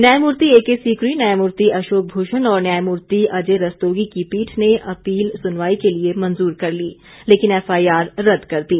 न्यायमूर्ति A K Sikri न्यायमूर्ति अशोक भूषण और न्यायमूर्ति अजय रस्तोगी की पीठ ने अपील सुनवाई के लिए मंजूर कर ली लेकिन एफआईआर रद्द कर दी